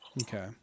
Okay